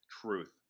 Truth